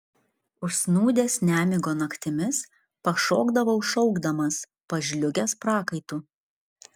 užsnūdęs nemigo naktimis pašokdavau šaukdamas pažliugęs prakaitu